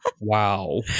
Wow